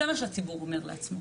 זה מה שהציבור אומר לעצמו,